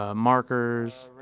ah markers.